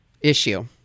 issue